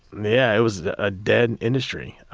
yeah it was a dead industry.